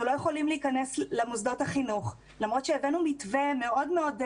אנחנו לא יכולים להיכנס למוסדות החינוך למרות שהבאנו מתווה מאוד מאוד,